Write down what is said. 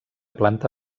planta